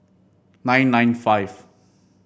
nine nine five